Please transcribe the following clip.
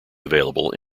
available